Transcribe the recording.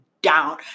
down